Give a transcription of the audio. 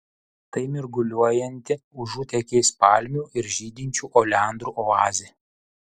tai mirguliuojanti užutėkiais palmių ir žydinčių oleandrų oazė